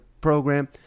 program